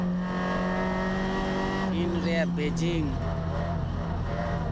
ᱪᱤᱱ ᱨᱮᱭᱟᱜ ᱵᱮᱡᱤᱝ